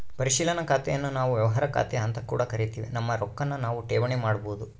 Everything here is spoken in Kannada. ಪರಿಶೀಲನಾ ಖಾತೆನ್ನು ನಾವು ವ್ಯವಹಾರ ಖಾತೆಅಂತ ಕೂಡ ಕರಿತಿವಿ, ನಮ್ಮ ರೊಕ್ವನ್ನು ನಾವು ಠೇವಣಿ ಮಾಡಬೋದು